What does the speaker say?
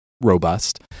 robust